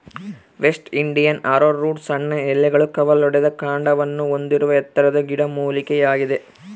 West Indian arrowroot ಸಣ್ಣ ಎಲೆಗಳು ಕವಲೊಡೆದ ಕಾಂಡವನ್ನು ಹೊಂದಿರುವ ಎತ್ತರದ ಗಿಡಮೂಲಿಕೆಯಾಗಿದೆ